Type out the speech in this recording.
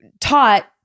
taught